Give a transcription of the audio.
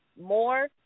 more